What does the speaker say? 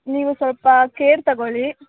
ನೀವು ಸ್ವಲ್ಪ ಕೇರ್ ತಗೊಳ್ಳಿ